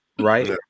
right